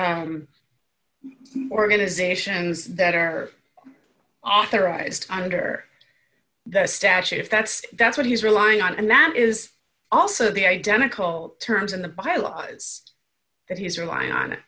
r organizations that are authorized under the statute if that's that's what he's relying on and that is also the identical terms in the bylaws that he is relying on